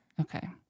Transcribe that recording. Okay